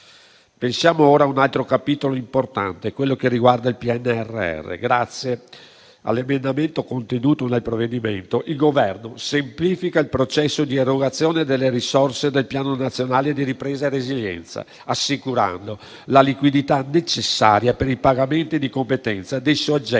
Pensiamo ora ad un altro capitolo importante, quello che riguarda il PNRR. Grazie all'emendamento contenuto nel provvedimento, il Governo semplifica il processo di erogazione delle risorse del Piano nazionale di ripresa e resilienza, assicurando la liquidità necessaria per i pagamenti di competenza dei soggetti